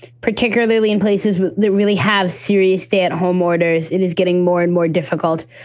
particularly in places that really have serious stay at home orders. it is getting more and more difficult.